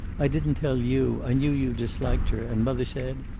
i didn't tell you. i knew you disliked her, and mother said?